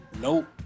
Nope